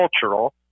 cultural